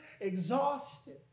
exhausted